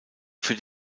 für